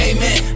Amen